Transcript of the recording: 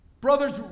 Brothers